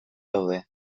daude